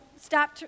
stop